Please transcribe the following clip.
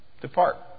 depart